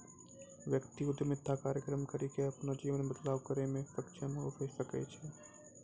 व्यक्ति उद्यमिता कार्यक्रम करी के अपनो जीवन मे बदलाव करै मे सक्षम हवै सकै छै